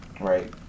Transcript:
right